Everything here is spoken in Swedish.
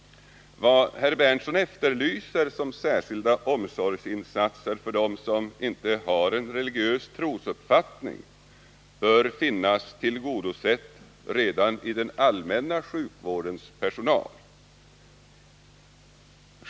Vad herr Berndtson efterlyser som särskilda omsorgsinsatser för dem som inte har religiös trosuppfattning bör finnas tillgodosett redan genom den allmänna sjukvårdens personal.